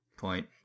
point